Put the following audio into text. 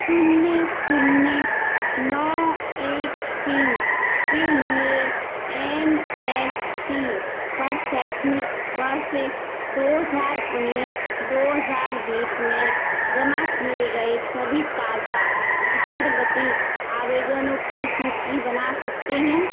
शून्य शून्य नौ एक तीन के लिए एन एस पी पर शैक्षणिक वर्ष दो हज़ार उन्नीस दो हज़ार बीस में जमा किए गए सभी ताजा छात्रवृत्ति आवेदनों की सूची बना सकते हैं